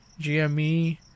GME